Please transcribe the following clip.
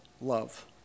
love